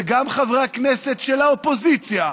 וגם חברי הכנסת של האופוזיציה,